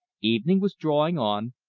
evening was drawing on,